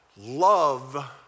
Love